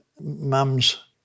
mum's